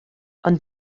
ond